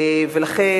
לכן,